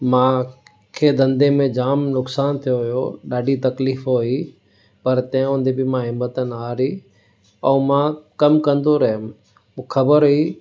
मूं खे धंधे में जामु नुक़सानु थियो हो ॾाढी तकलीफ़ु हुई पर तंहिं हूंदे बि मां हिमथ न हारी ऐं मां कमु कंदो रहियुमि मूंखे ख़बरु हुई